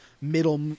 middle